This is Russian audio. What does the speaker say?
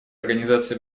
организации